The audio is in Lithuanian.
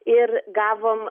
ir gavom